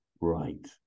right